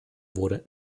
wurde